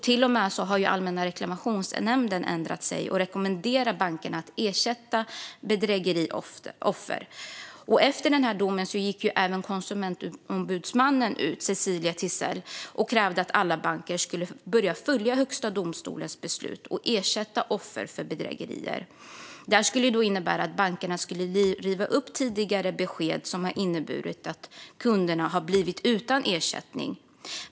Till och med Allmänna reklamationsnämnden har ändrat sig och rekommenderar bankerna att ersätta bedrägerioffer. Efter domen gick även Konsumentombudsmannen Cecilia Tisell ut och krävde att alla banker skulle följa Högsta domstolens beslut och ersätta offer för bedrägerier. Detta skulle innebära att bankerna skulle riva upp tidigare besked som har inneburit att kunderna har blivit utan ersättning.